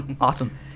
Awesome